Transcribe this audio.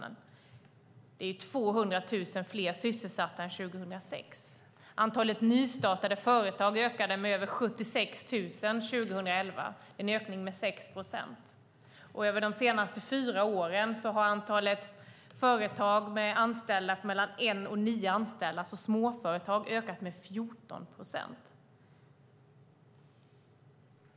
Men det är 200 000 fler sysselsatta än 2006. Antalet nystartade företag ökade 2011 med över 76 000, en ökning med 6 procent. Över de senaste fyra åren har antalet företag som har mellan en och nio anställda, alltså småföretag, ökat med 14 procent.